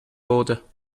order